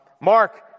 Mark